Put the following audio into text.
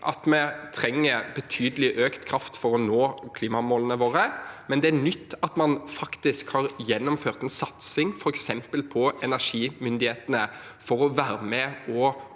at vi trenger betydelig økte mengder kraft for å nå klimamålene våre, men det er nytt at man faktisk har gjennomført en satsing på f.eks. energimyndighetene for å være med og